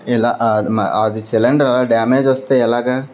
ఎలా అది సిలిండర్ అలా డ్యామేజ్ వస్తే ఎలాగ